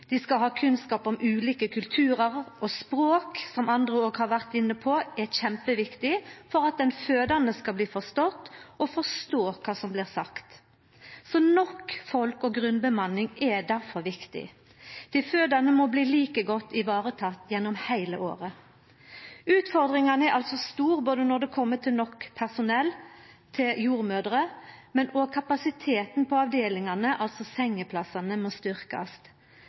Dei skal ha kunnskap om ulike kulturar og språk, som andre òg har vore inne på, og dette er kjempeviktig for at den fødande skal bli forstått og forstår kva som blir sagt. Nok folk og grunnbemanning er difor viktig. Dei fødande må bli like godt varetekne gjennom heile året. Utfordringane er altså store når det gjeld nok personell av jordmødrer, og kapasiteten på avdelingane, altså talet på sengeplassar, må styrkast.